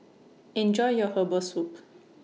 Enjoy your Herbal Soup